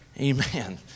Amen